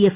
F